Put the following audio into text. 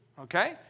okay